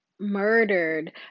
murdered